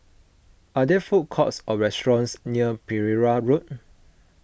are there food courts or restaurants near Pereira Road